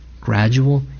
gradual